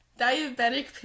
diabetic